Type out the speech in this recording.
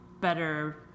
better